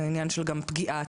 היה עניין של פגיעה עצמית,